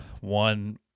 one